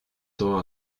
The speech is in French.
tend